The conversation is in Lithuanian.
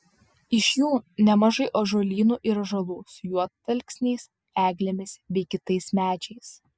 iš jų nemažai ąžuolynų ir ąžuolų su juodalksniais eglėmis bei kitais medžiais